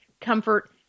comfort